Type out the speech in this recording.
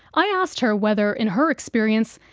i asked her whether, in her experience,